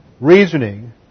reasoning